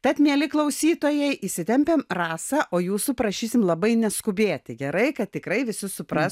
tad mieli klausytojai įsitempiam rasą o jūsų prašysim labai neskubėti gerai kad tikrai visi supras